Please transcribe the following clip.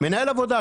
מנהל העבודה,